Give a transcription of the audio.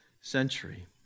century